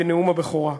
בנאום הבכורה.